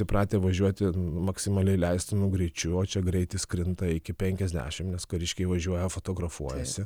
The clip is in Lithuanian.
įpratę važiuoti maksimaliai leistinu greičiu o čia greitis krinta iki penkiasdešim nes kariškiai važiuoja fotografuojasi